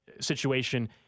situation